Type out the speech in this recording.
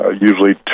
usually